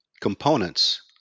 components